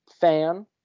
fan